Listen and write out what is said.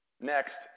Next